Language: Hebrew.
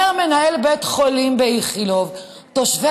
אומר מנהל בבית החולים איכילוב: תושבי